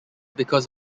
because